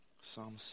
Psalm